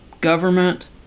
government